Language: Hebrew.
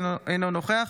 אינו נוכח